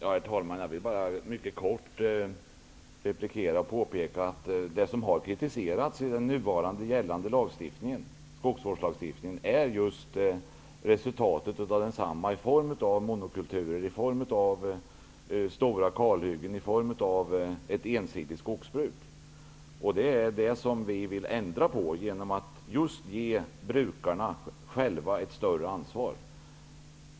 Herr talman! Jag vill bara mycket kort replikera och påpeka att det som har kritiserats i nu gällande skogsvårdslagstiftning är just resultatet av densamma, i form av monokulturer, stora kalhyggen och ett ensidigt skogsbruk. Det är detta vi vill ändra på just genom att ge brukarna själva ett större ansvar.